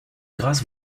grâce